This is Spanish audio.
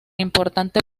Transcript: importante